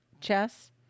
chess